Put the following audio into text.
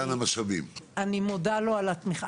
ואני מודה לו על התמיכה,